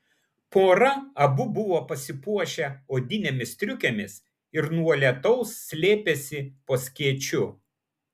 pora abu buvo pasipuošę odinėmis striukėmis ir nuo lietaus slėpėsi po skėčiu